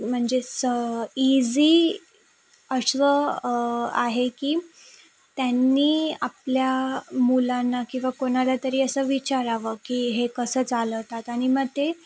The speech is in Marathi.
म्हणजे स् ईजी असं आहे की त्यांनी आपल्या मुलांना किंवा कोणाला तरी असं विचारावं की हे कसं चालवतात आणि मग ते